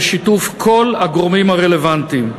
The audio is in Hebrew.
בשיתוף כל הגורמים הרלוונטיים.